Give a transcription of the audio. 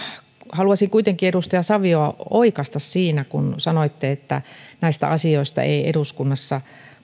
haluaisin kuitenkin edustaja saviota oikaista siinä kun sanoitte että näistä asioista eivät eduskunnassa